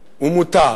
ומותר,